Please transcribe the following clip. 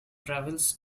travels